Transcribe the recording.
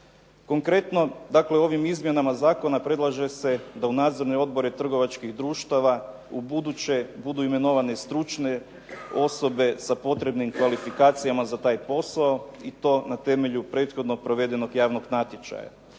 Konkretno ovim izmjenama Zakona predlaže se da u nadzorne odbore trgovačkih društava ubuduće budu imenovane stručne osobe sa potrebnim kvalifikacijama za taj posao, i to na temelju prethodno provedenog javnog natječaja.